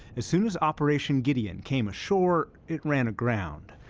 as soon as operation gideon came ashore, it ran aground,